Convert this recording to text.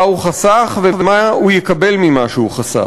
הוא חסך ומה הוא יקבל ממה שהוא חסך.